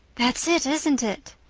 that's it, isn't it?